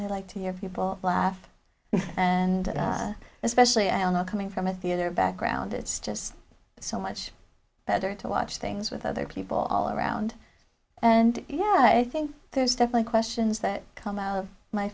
i like to hear people laugh and especially i don't know coming from a theatre background it's just so much better to watch things with other people all around and yeah i think there's stuff like questions that come out of my